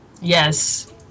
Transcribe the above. Yes